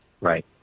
Right